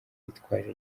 yitwaje